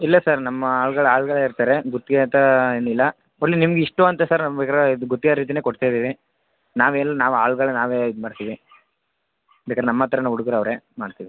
ಇಲ್ಲ ಸರ್ ನಮ್ಮ ಆಳ್ಗಳು ಆಳ್ಗಳು ಇರ್ತಾರೆ ಗುತ್ತಿಗೆ ಅಂತ ಏನಿಲ್ಲ ಒನ್ಲಿ ನಿಮ್ಗೆ ಇಷ್ಟು ಅಂತ ಬೇಕರ ಗುತ್ತಿಗೆ ರೀತಿನೇ ಕೊಡ್ತಾಯಿದ್ದೀವಿ ನಾವೆಲ್ಲಿ ನಾವು ಆಳುಗಳ್ನ ನಾವೇ ಇದು ಮಾಡ್ತೀವಿ ಬೇಕಾರೆ ನಮ್ಮ ಹತ್ರನು ಹುಡುಗರು ಅವರೆ ಮಾಡ್ತೀವಿ